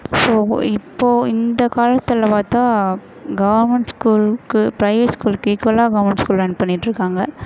so இப்போது இந்த காலத்தில் பார்த்தா கவர்மெண்ட் ஸ்கூலுக்கு பிரைவேட் ஸ்கூலுக்கு ஈகுவலாக கவர்மெண்ட் ஸ்கூல் ரன் பண்ணிகிட்டு இருக்காங்க